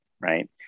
right